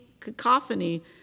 cacophony